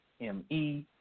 M-E